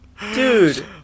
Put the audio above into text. Dude